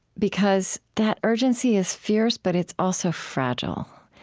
because that urgency is fierce, but it's also fragile.